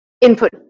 input